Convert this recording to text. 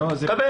מקבל.